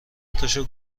تاشو